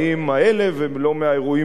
ולא מהאירועים של השואה,